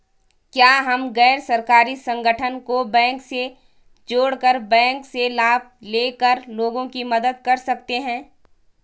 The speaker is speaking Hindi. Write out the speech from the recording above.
क्या हम गैर सरकारी संगठन को बैंक से जोड़ कर बैंक से लाभ ले कर लोगों की मदद कर सकते हैं?